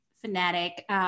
fanatic